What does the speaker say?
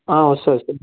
వస్తుంది సార్